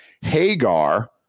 Hagar